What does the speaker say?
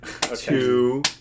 two